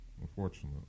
unfortunately